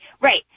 Right